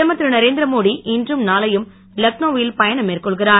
பிரதமர் திருநரேந்திரமோடி இன்றும் நாளையும் லக்னோவில் பயணம் மேற்கொள்கிறார்